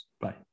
Bye